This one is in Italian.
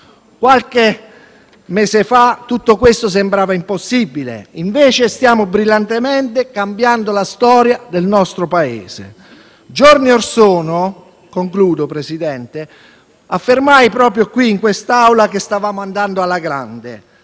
Qualche mese fa tutto questo sembrava impossibile; invece stiamo brillantemente cambiando la storia del Paese. Giorni or sono, e concludo Presidente, affermai proprio in quest'Aula che stavamo andando alla grande.